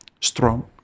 strong